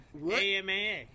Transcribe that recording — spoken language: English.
AMAA